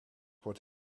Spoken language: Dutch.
wordt